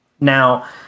Now